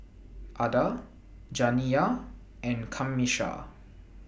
Ada Janiyah and Camisha